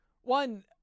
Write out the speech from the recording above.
One